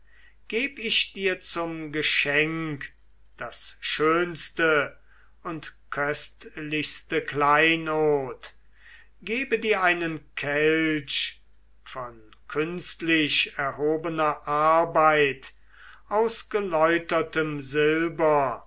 geb ich dir zum geschenk das schönste und köstlichste kleinod gebe dir einen kelch von künstlich erhobener arbeit aus geläutertem silber